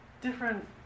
Different